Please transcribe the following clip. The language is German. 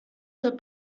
zur